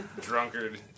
Drunkard